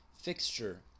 fixture